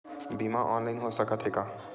बीमा ऑनलाइन हो सकत हे का?